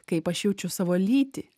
kaip aš jaučiu savo lytį